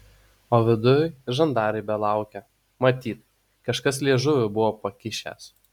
o viduj žandarai belaukią matyt kažkas liežuvį buvo pakišęs